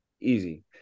easy